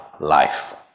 life